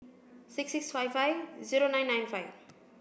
six six five five zero nine nine five